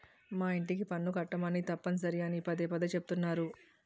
మా యింటికి పన్ను కట్టమని తప్పనిసరి అని పదే పదే చెబుతున్నారు